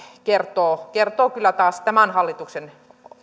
kertoo kertoo kyllä taas tämän hallituksen